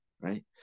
right